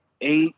eight